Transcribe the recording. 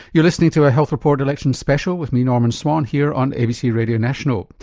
you're listening to a health report election special with me norman swan here on abc radio national.